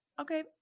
okay